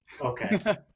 Okay